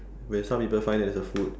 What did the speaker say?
when some people find it as a food